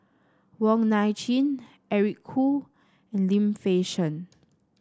Wong Nai Chin Eric Khoo and Lim Fei Shen